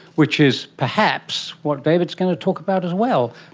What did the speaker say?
which is perhaps what david is going to talk about as well.